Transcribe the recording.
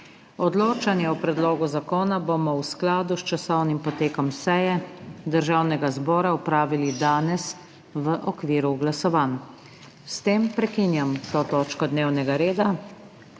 Odločanje o predlogu zakona bomo v skladu s časovnim potekom seje Državnega zbora opravili danes v okviru glasovanj. S tem prekinjam to točko dnevnega reda.